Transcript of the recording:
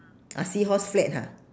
ah seahorse flag ha